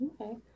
Okay